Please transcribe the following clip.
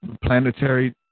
planetary